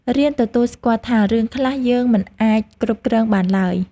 រៀនទទួលស្គាល់ថា រឿងខ្លះយើងមិនអាចគ្រប់គ្រងបានឡើយ។